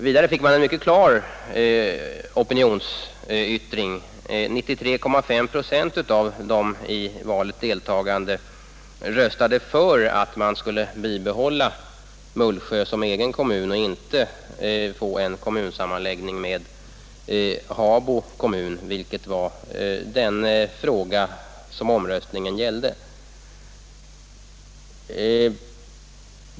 Vidare fick man där en mycket klar opinionsyttring; 93,5 procent av de i valet deltagande röstade för att man skulle bibehålla Mullsjö som egen kommun och inte göra en kommunsammanläggning med Habo kommun, vilket var den fråga som folkomröstningen gällde.